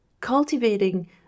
Cultivating